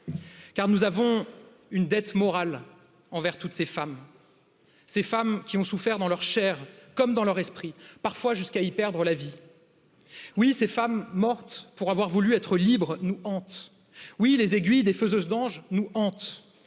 Car nous avons une dette morale envers toutes ces femmes et ces femmes qui ont souffert dans leur chair comme dans leur esprit, parfois jusqu'à y perdre la vie. Oui, ces femmes mortes pour avoir voulu être libres, nous hantent, Oui, les aiguilles des faiseuses d'anges nous hantent,